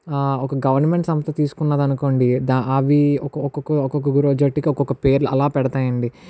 ఓక గవర్నమెంట్ సంస్థ తీసుకున్నది అనుకోండి దా అవి ఒక ఒక్క ఒక్క ఒక్క జట్టుకి పేర్లు అలా పెడుతాయి అండి